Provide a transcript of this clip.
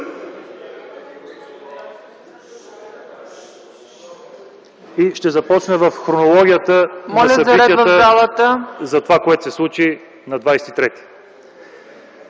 Ще започна с хронологията на събитията за това, което се случи на 23-ти.